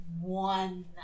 one